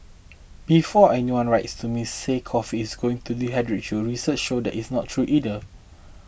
before anyone writes to me say coffee is going to dehydrate you research shows that is not true either